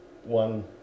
One